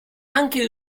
anche